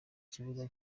kibuga